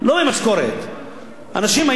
אנשים היום מקבלים קצבה של ביטוח לאומי,